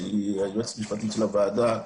שהיא היועצת המשפטית של הוועדה,